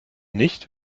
nicht